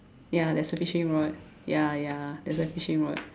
ya there's a fishing rod ya ya there's a fishing rod